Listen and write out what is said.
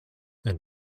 and